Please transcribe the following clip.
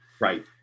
Right